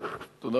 לפנינו,